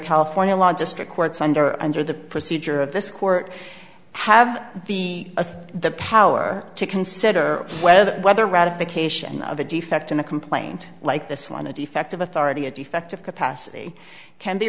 california law district courts under under the procedure of this court have the a the power to consider whether whether ratification of a defect in a complaint like this one a defect of authority a defect of capacity can be